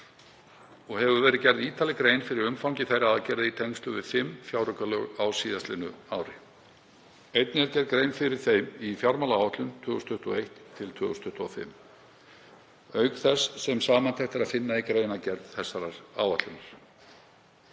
Hefur verið gerð ítarleg grein fyrir umfangi þeirra aðgerða í tengslum við fimm fjáraukalög á síðastliðnu ári. Einnig er gerð grein fyrir þeim í fjármálaáætlun 2021–2025, auk þess sem samantekt er að finna í greinargerð þessarar áætlunar.